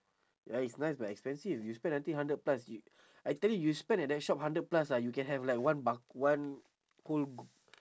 ya it's nice but expensive you spend until hundred plus you I tell you you spend at that shop hundred plus ah you can have like one buck~ one whole